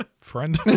friend